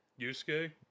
Yusuke